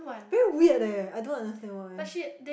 very weird leh I don't understand why